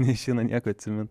neišeina nieko atsimint